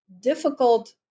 difficult